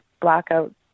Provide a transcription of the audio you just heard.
blackout